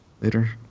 Later